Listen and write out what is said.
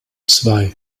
zwei